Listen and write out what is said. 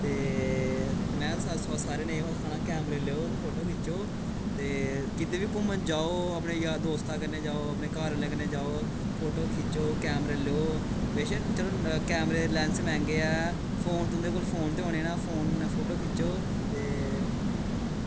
ते में सारें गी एह् हो आक्खना कैमरे लेओ ते फोटो खिच्चो ते किते बी घूमन जाओ अपने जार दोस्तें कन्नै जाओ अपने घर आह्लें कन्नै जाओ फोटो खिच्चो कैमरे लैओ बेशक चलो कैमरे दे लैंस मैंह्गे ऐ फोन तुं'दे कोल फोन ते होने ऐ फोन च फोटो खिच्चो ते